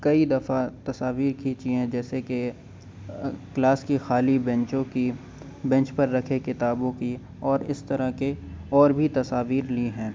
کئی دفعہ تصاویر کھینچی ہیں جیسے کہ کلاس کی خالی بینچوں کی بینچ پر رکھے کتابوں کی اور اس طرح کے اور بھی تصاویر لی ہیں